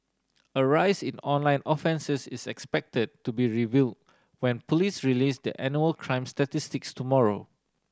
a rise in online offences is expected to be reveal when police release their annual crime statistics tomorrow